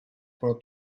pendant